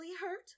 hurt